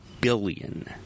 billion